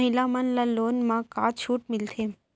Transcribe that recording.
महिला मन ला लोन मा का छूट मिलथे?